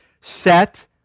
set